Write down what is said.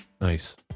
nice